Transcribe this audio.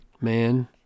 Man